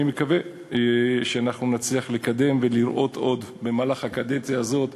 אני מקווה שאנחנו נצליח לקדם ולראות עוד הסכמים במהלך הקדנציה הזאת.